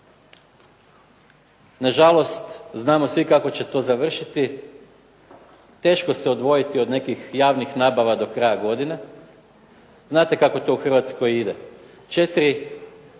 Nažalost, znamo svi kako će to završiti, teško se odvojiti od nekih javnih nabava do kraja godine. Znate kako to u Hrvatskoj ide, 40